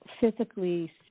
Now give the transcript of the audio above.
physically